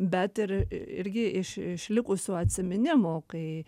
bet ir irgi iš išlikusių atsiminimų kai